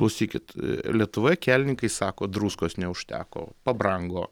klausykit lietuvoje kelininkai sako druskos neužteko pabrango